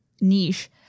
niche